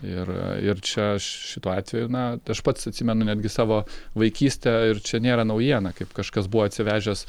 ir ir čia aš šituo atveju na aš pats atsimenu netgi savo vaikystę ir čia nėra naujiena kaip kažkas buvo atsivežęs